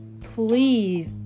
please